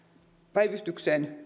päivystykseen